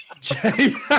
James